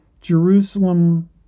Jerusalem